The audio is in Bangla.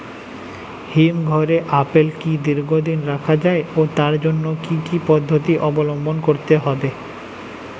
হিমঘরে আপেল কি দীর্ঘদিন রাখা যায় ও তার জন্য কি কি পদ্ধতি অবলম্বন করতে হবে?